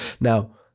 Now